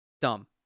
Dumb